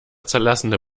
zerlassene